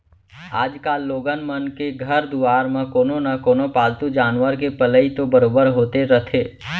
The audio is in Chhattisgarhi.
आजकाल लोगन मन के घर दुवार म कोनो न कोनो पालतू जानवर के पलई तो बरोबर होते रथे